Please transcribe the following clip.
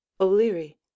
O'Leary